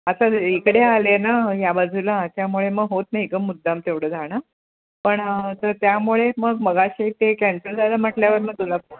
आता इकडे आले ना ह्या बाजूला त्यामुळे मग होत नाही ग मुद्दाम तेवढं जाणं पण तर त्यामुळे मग मगाशी ते कॅन्सल झालं म्हटल्यावर मग तुला फोन